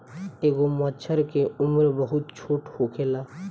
एगो मछर के उम्र बहुत छोट होखेला